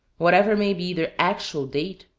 whatever may be their actual date,